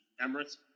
Emirates